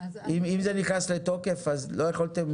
אם זה נכנס לתוקף אז לא יכולתם